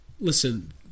listen